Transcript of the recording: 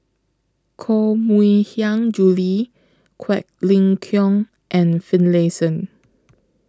Koh Mui Hiang Julie Quek Ling Kiong and Finlayson